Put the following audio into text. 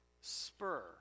spur